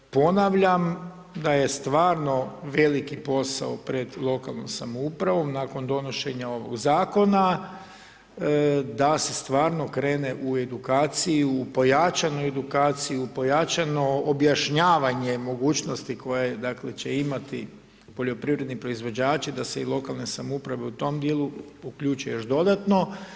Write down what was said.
Ponavljam da je stvarno veliki posao pred lokalnom samoupravnom nakon donošenja ovog zakona, da se stvarno krene u edukaciju, pojačanu edukaciju, pojačano objašnjavanje mogućnosti koje dakle će imati poljoprivredni proizvođači, da se i lokalne samouprave u tom dijelu uključe još dodatno.